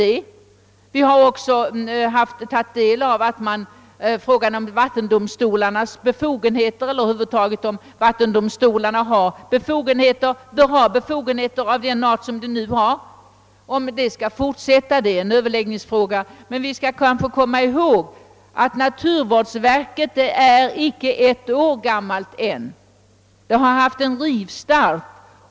Det gäller en omdaning av vattenlagen, som vi redogjort för. Det gäller vidare frågan om vattendomstolarnas nuvarande befogenheter är av sådan art att de bör bibehållas eller överflyttas till ämbetsverket. Man bör komma ihåg att naturvårdsverket ännu icke är ett år gammalt. Det har haft en rivstart.